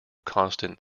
constant